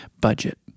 Budget